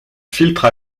filtre